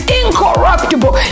incorruptible